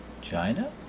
china